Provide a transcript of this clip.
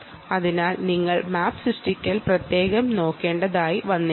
അതിനാൽ നിങ്ങൾ മാപ്പ് സൃഷ്ടിക്കൽ പ്രത്യേകം നോക്കേണ്ടതായി വന്നേക്കാം